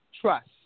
Trust